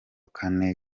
kane